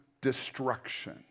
destruction